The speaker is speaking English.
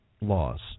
laws